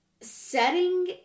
Setting